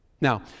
now